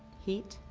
heat?